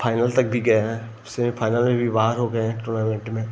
final तक भी गए हैं सेमी फाइनल में भी बाहर हो गए हैं टूर्नामेंट में